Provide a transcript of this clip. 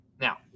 Now